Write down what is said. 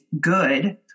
good